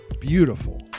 beautiful